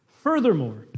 Furthermore